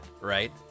right